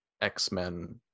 x-men